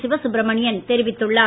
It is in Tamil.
சிவசுப்ரமணியன் தெரிவித்துள்ளார்